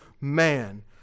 man